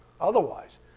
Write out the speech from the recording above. Otherwise